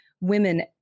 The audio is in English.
women